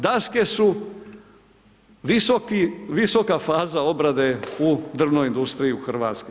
Daske su visoka faza obrade u drvnoj industriji u Hrvatskoj.